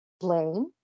Blame